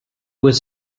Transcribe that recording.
was